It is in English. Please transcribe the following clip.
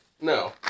No